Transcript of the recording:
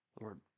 Lord